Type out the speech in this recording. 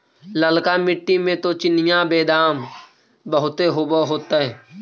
ललका मिट्टी मे तो चिनिआबेदमां बहुते होब होतय?